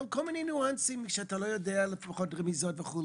אבל כל מיני ניואנסים כשאתה לא יודע לפחות רמיזות וכו'.